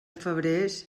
febrers